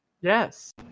Yes